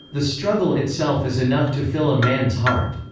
the struggle itself is enough to fill a man's heart.